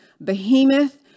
behemoth